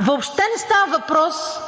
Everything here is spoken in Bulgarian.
Въобще не става въпрос